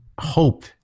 hope